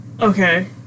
Okay